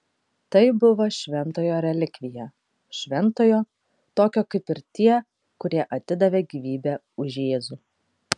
tai buvo šventojo relikvija šventojo tokio kaip ir tie kurie atidavė gyvybę už jėzų